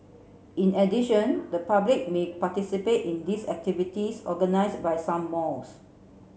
in addition the public may participate in this activities organise by some malls